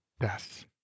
death